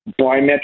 Biometric